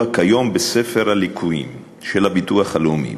כיום בספר הליקויים של הביטוח הלאומי.